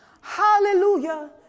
Hallelujah